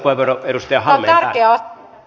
tätä ei pidä tehdä